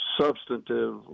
substantive